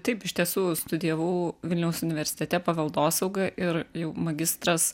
taip iš tiesų studijavau vilniaus universitete paveldosaugą ir jau magistras